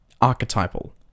archetypal